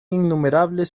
innumerables